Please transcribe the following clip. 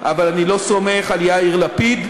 אבל אני לא סומך על יאיר לפיד,